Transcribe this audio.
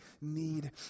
need